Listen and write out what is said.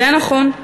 זה נכון.